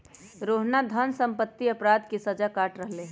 रोहना धन सम्बंधी अपराध के सजा काट रहले है